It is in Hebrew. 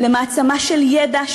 למעצמה של ידע,